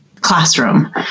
classroom